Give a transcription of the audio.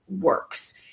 works